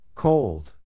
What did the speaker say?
Cold